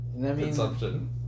consumption